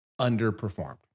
underperformed